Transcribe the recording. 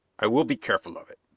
i will be careful of it.